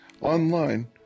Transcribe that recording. online